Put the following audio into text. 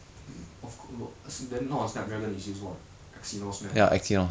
then of co~ then not on Snapdragon is use what Exynos meh